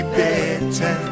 better